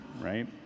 right